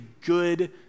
good